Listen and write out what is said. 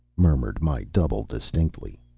murmured my double, distinctly.